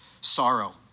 Sorrow